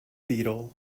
beetle